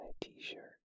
t-shirt